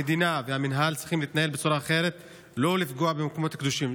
המדינה והמינהל צריכים להתנהל בצורה אחרת ולא לפגוע במקומות קדושים,